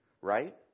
right